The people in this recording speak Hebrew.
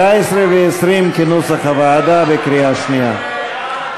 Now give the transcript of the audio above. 19 ו-20, כנוסח הוועדה, בקריאה שנייה.